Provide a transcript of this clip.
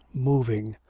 moving,